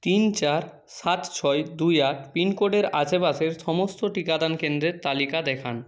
তিন চার সাত ছয় দুই আট পিনকোডের আশেপাশের সমস্ত টিকাদান কেন্দ্রের তালিকা দেখান